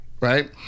right